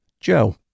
Joe